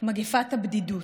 מגפת הבדידות.